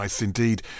Indeed